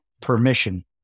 permission